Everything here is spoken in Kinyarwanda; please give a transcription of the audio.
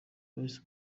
bahise